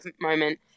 moment